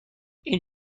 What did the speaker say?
این